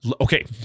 Okay